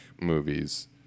movies